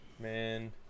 man